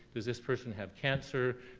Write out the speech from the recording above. does this person have cancer,